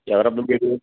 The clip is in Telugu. ఎవరమ్మా మీరు